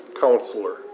counselor